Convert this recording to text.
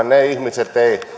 se